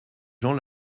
gens